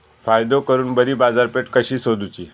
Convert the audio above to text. फायदो करून बरी बाजारपेठ कशी सोदुची?